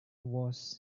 was